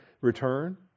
return